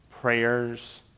prayers